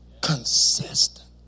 consistent